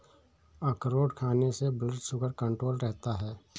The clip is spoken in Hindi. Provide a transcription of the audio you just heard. अखरोट खाने से ब्लड शुगर कण्ट्रोल रहता है